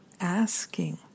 asking